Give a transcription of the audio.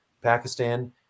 Pakistan